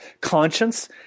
Conscience